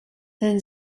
then